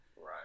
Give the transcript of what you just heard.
Right